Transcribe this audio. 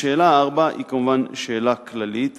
4. שאלה 4 היא כמובן שאלה כללית.